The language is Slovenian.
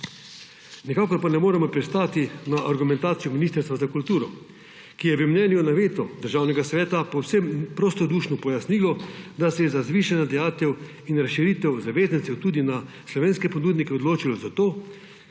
Nikakor pa ne moremo pristati na argumentacijo Ministrstva za kulturo, ki je v mnenju na veto Državnega sveta povsem prostodušno pojasnilo, da se je za zvišanje dajatev in razširitev zavezancev tudi na slovenske ponudnike odločilo zato,